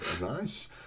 nice